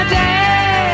day